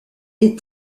est